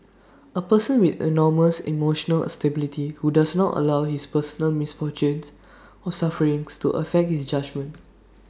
A person with enormous emotional stability who does not allow his personal misfortunes or sufferings to affect his judgement